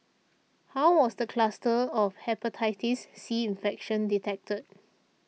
how was the cluster of Hepatitis C infection detected